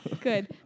Good